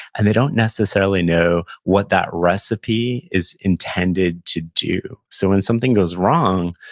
and they don't necessarily know what that recipe is intended to do, so when something goes wrong,